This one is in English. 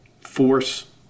force